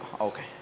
okay